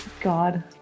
God